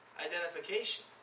identification